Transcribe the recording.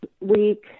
week